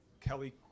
Kelly